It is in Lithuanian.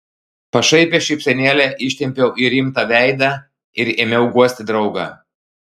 pašaipią šypsenėlę ištempiau į rimtą veidą ir ėmiau guosti draugą